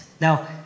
Now